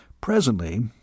Presently